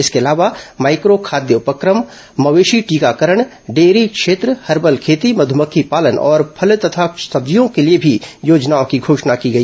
इसके अलावा माइक्रो खाद्य उपक्रम मवेशी टीकाकरण डेयरी क्षेत्र हर्बल खेती मध्यमक्खी पालन और फल तथा सब्जियों के लिए भी योजनाओं की घोषणा की गई